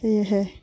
সেয়হে